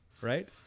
Right